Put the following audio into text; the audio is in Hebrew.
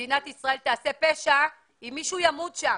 מדינת ישראל תעשה פשע אם מישהו ימות שם.